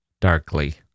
darkly